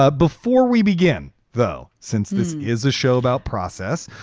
ah before we begin, though, since this is a show about process,